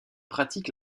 pratique